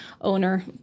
owner